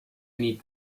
meet